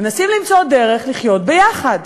מנסים למצוא דרך לחיות יחד.